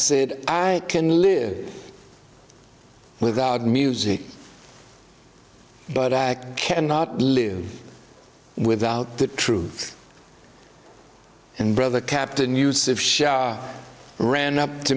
said i can live without music but i cannot live without the truth and brother captain use of she ran up to